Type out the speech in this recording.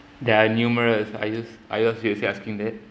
there are numerous I just I just are you asking that